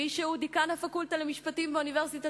מי שהוא דיקן הפקולטה למשפטים באוניברסיטת